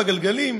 בגלגלים?